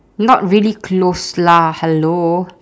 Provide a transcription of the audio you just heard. not really close lah hello